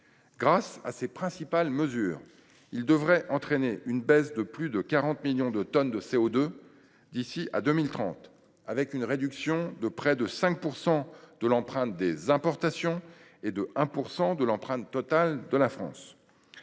de ce projet de loi devrait entraîner une baisse de plus de 40 millions de tonnes des émissions de CO2 d’ici à 2030, avec une réduction de près de 5 % de l’empreinte des importations et de 1 % de l’empreinte totale de la France.